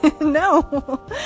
No